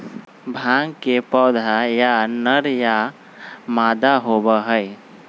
भांग के पौधा या नर या मादा होबा हई